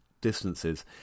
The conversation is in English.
distances